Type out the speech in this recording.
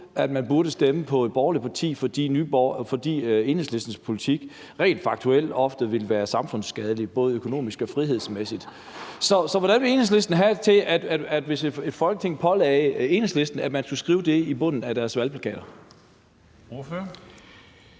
at folk burde stemme på et borgerligt parti, fordi Enhedslistens politik rent faktuelt ofte vil være samfundsskadelig både økonomisk og frihedsmæssigt. Så hvordan ville Enhedslisten have det, hvis et Folketing pålagde Enhedslisten, at man skulle skrive det i bunden af sine valgplakater?